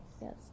yes